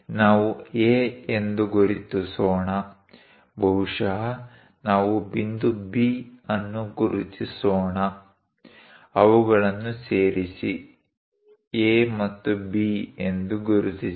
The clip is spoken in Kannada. ನಾವು A ಎಂದು ಗುರುತಿಸೋಣ ಬಹುಶಃ ನಾವು ಬಿಂದು B ಅನ್ನು ಗುರುತಿಸೋಣ ಅವುಗಳನ್ನು ಸೇರಿಸಿ A ಮತ್ತು B ಎಂದು ಗುರುತಿಸಿ